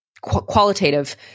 qualitative